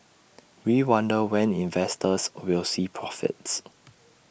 we wonder when investors will see profits